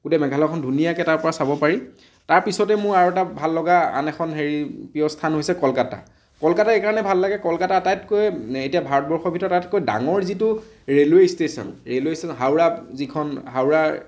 গোটেই মেঘালয়খন ধুনীয়াকৈ তাৰ পৰা চাব পাৰি তাৰ পিছতেই মোৰ আৰু এটা ভাল লগা আন এখন হেৰি প্ৰিয় স্থান হৈছে কলকাতা কলকাতা এই কাৰণে ভাল লাগে কলকাতা আটাইতকৈ এতিয়া ভাৰতবৰ্ষৰ ভিতৰত আটাইতকৈ ডাঙৰ যিটো railway station railway station Howrah যিখন হাওৰাৰ